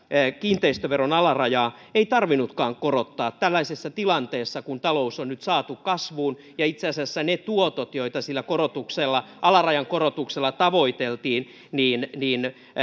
kiinteistöveron alarajaa ei tarvinnutkaan korottaa tällaisessa tilanteessa kun talous on nyt saatu kasvuun ja itse asiassa ne tuotot joita sillä alarajan korotuksella tavoiteltiin